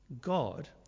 God